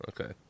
Okay